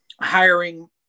hiring